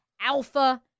alpha